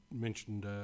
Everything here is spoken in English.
mentioned